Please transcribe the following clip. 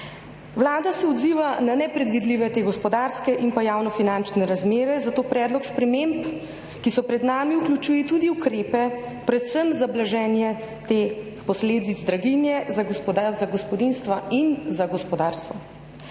Vlada se odziva na nepredvidljive gospodarske in javnofinančne razmere, zato predlog sprememb, ki so pred nami, vključuje tudi ukrepe predvsem za blaženje teh posledic draginje za gospodinjstva in za gospodarstvo.